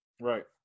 Right